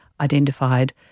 identified